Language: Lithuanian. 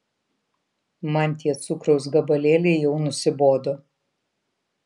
man tie cukraus gabalėliai jau nusibodo